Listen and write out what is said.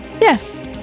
Yes